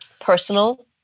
personal